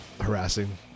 harassing